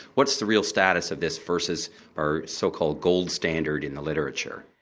what's the real status of this versus our so-called gold standard in the literature?